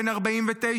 בן 49,